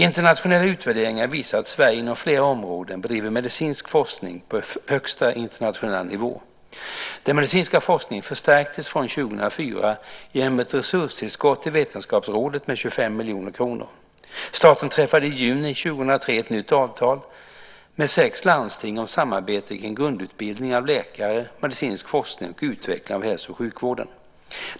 Internationella utvärderingar visar att Sverige inom flera områden bedriver medicinsk forskning på högsta internationella nivå. Den medicinska forskningen förstärktes från 2004 genom ett resurstillskott till Vetenskapsrådet med 25 miljoner kronor. Staten träffade i juni 2003 ett nytt avtal, ALF, med sex landsting om samarbete kring grundutbildningen av läkare, medicinsk forskning och utveckling av hälso och sjukvården.